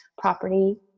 property